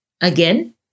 Again